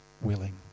willing